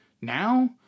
now